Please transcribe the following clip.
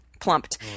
plumped